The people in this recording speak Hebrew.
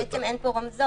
-- בעצם אין פה רמזור,